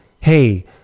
hey